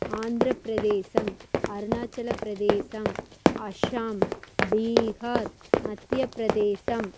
Andhra Pradesh Arunachal Pradesh Assam Bihar Madhya Pradesh